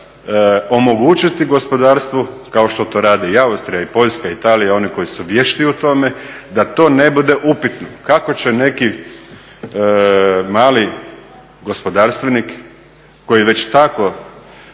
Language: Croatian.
omogućiti gospodarstvu kao što to radi i Austrija, Poljska, Italija oni koji su vješti u tome da to ne bude upitno. Kako će neki mali gospodarstvenik koji već tako